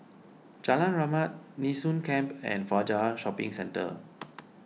Jalan Rahmat Nee Soon Camp and Fajar Shopping Centre